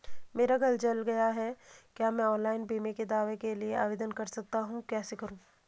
मेरा घर जल गया है क्या मैं ऑनलाइन बीमे के दावे के लिए आवेदन कर सकता हूँ कैसे करूँ?